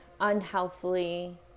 unhealthily